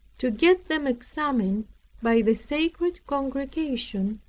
to get them examined by the sacred congregation,